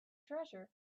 treasure